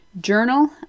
journal